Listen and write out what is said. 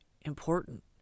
important